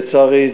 לצערי,